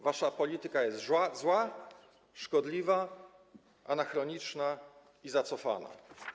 Wasza polityka jest zła, szkodliwa, anachroniczna i zacofana.